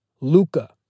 Luca